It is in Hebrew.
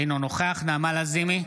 אינו נוכח נעמה לזימי,